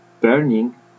burning